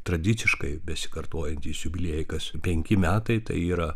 tradiciškai besikartojantys jubiliejai kas penki metai tai yra